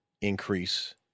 increase